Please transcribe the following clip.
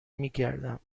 میگردم